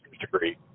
degree